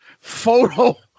photo